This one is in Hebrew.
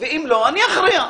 ואם לא, אני אכריע.